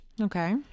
Okay